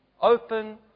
open